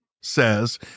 says